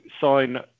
sign